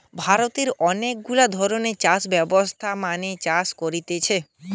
ভারতে অনেক গুলা ধরণের চাষ ব্যবস্থা মেনে চাষ করা হতিছে